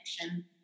connection